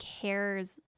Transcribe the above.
cares